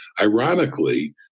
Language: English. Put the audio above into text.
Ironically